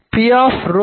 P